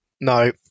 No